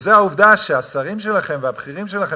והעובדה שהשרים שלכם והבכירים שלכם